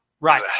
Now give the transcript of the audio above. Right